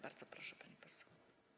Bardzo proszę, pani poseł.